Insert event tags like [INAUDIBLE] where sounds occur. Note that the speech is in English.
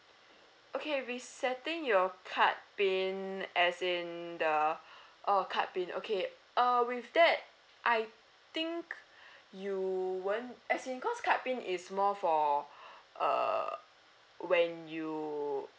okay resetting your card PIN as in the oh card PIN okay uh with that I think you won't as in cause card PIN is more for [BREATH] err when you